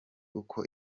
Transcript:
uko